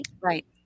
Right